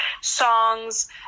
songs